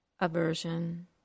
aversion